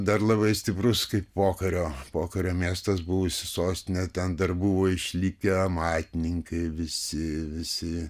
dar labai stiprus kaip pokario pokario miestas buvusi sostinė ten dar buvo išlikę amatininkai visi visi